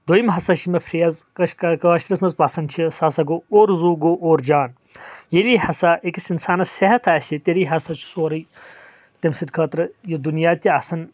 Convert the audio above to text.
دٔیِم ہسا چھِ مےٚ فریز کٲشرِس منٛز پسنٛد چھِ سۄ ہسا گوٚو اوٚر زو گوٚو اوٚر جان ییٚلی ہسا أکِس انسانس صحت اسہِ تیٚلی ہسا چھُ سورے تٔمۍ سٕنٛدۍ خٲطرٕ یہِ دُنیا تہِ آسان